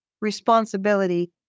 responsibility